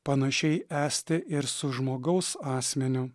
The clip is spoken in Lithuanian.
panašiai esti ir su žmogaus asmeniu